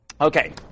Okay